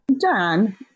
Dan